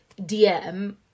DM